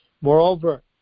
Moreover